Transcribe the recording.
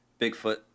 Bigfoot